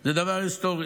זה דבר היסטורי.